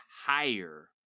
Higher